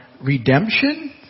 redemption